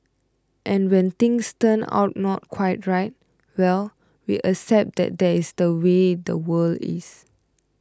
and when things turn out not quite right well we accept that that is the way the world is